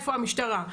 איפה המשטרה?